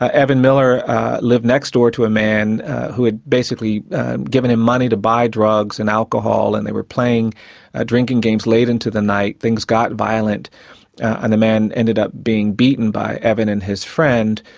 ah evan miller lived next door to a man who had basically given him money to buy drugs and alcohol and they were playing drinking games late into the night, things got violent and the man ended up being beaten by evan and his friend.